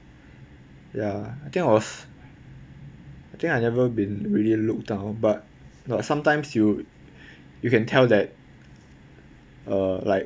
ya I think I was I think I never been really looked down but not sometimes you you can tell that uh like